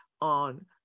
on